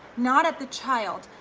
not at the child.